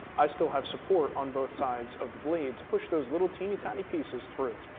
i still have support on both sides of the blade to push those little teeny tiny pieces through.